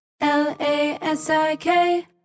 L-A-S-I-K